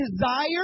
desire